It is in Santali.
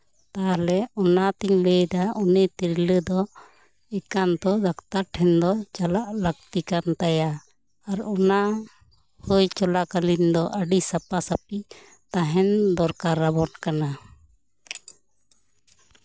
ᱛᱟᱦᱚᱞᱮ ᱚᱱᱟ ᱛᱤᱧ ᱞᱟᱹᱭᱫᱟ ᱩᱱᱤ ᱛᱤᱨᱞᱟᱹ ᱫᱚ ᱮᱠᱟᱱᱛᱚ ᱰᱟᱠᱴᱟᱨ ᱴᱷᱮᱱ ᱫᱚ ᱪᱟᱞᱟᱜ ᱞᱟ ᱠᱛᱤ ᱠᱟᱱ ᱛᱟᱭᱟ ᱟᱨ ᱦᱚᱭ ᱪᱚᱞᱟ ᱠᱟᱞᱤᱱ ᱫᱚ ᱟᱹᱰᱤ ᱥᱟᱯᱷᱟ ᱥᱟᱯᱷᱤ ᱛᱟᱦᱮᱱ ᱫᱚᱨᱠᱟᱨ ᱟᱵᱚᱱ ᱠᱟᱱᱟ